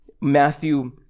matthew